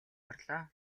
орлоо